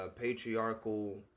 patriarchal